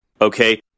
okay